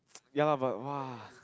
ya lah but !wah!